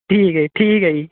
ਠੀਕ ਹੈ ਠੀਕ ਹੈ ਜੀ